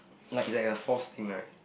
like it's like a forced thing right